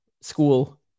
school